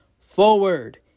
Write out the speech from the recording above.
forward